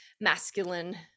masculine